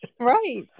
Right